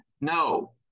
No